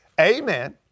Amen